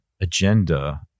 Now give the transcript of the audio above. agenda